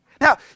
Now